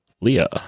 Leah